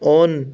on